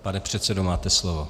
Pane předsedo, máte slovo.